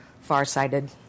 far-sighted